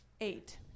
Eight